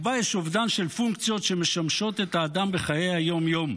ובה יש אובדן של פונקציות שמשמשות את האדם בחיי היום-יום,